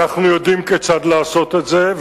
אנחנו יודעים כיצד לעשות את זה,